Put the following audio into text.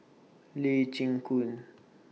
Lee Chin Koon